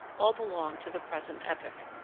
all belong to the present epoch.